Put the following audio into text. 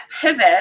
pivot